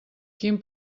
quin